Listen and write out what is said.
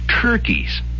turkeys